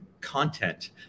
content